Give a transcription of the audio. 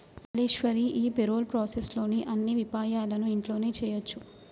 మల్లీశ్వరి ఈ payroll process లోని అన్ని విపాయాలను ఇంట్లోనే చేయొచ్చు